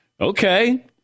Okay